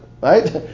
Right